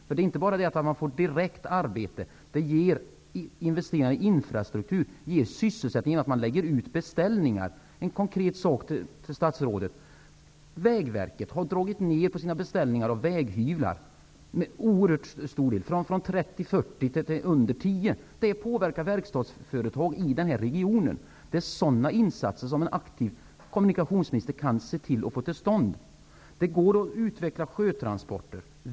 Det handlar inte bara om att den ger direkt arbete, utan den ger investeringar i infrastruktur. Den ger sysselsättning i och med att man lägger ut beställningar. Jag skall nämna ett konkret exempel. Vägverket har dragit ned på sina beställningar av väghyvlar, från 30--40 till mindre än 10. Det påverkar verkstadsföretag i denna region. Det är sådana insatser som en aktiv kommunikationsminister kan se till att få till stånd. Det går att utveckla sjötransporter.